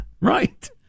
Right